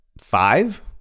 five